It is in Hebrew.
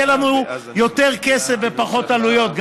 יהיה לנו יותר כסף ופחות עלויות.